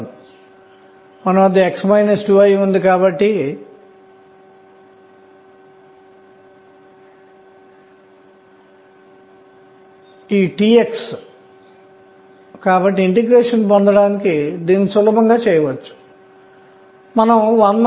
ఆపై మనమందరం కూడా స్పిన్ యాంగులార్ మొమెంటం ఉందని తెలుసుకున్నాము అది 2 మరియు 2